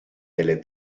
delle